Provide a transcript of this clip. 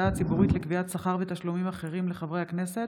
הציבורית לקביעת שכר ותשלומים אחרים לחברי הכנסת,